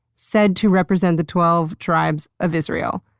said to represent the twelve tribes of israel.